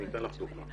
אני אתן לך דוגמה.